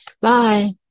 bye